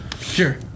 Sure